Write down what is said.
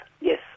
yes